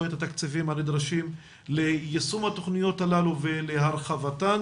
את התקציבים הנדרשים ליישום התכניות הללו ולהרחבתן.